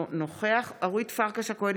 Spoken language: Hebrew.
אינו נוכח אורית פרקש הכהן,